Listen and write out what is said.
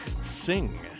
Sing